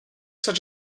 such